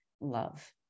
love